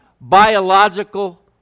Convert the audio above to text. Biological